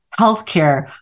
healthcare